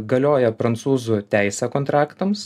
galioja prancūzų teisė kontraktams